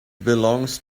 belongs